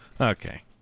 Okay